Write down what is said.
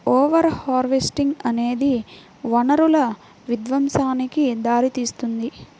over harvesting అనేది వనరుల విధ్వంసానికి దారితీస్తుంది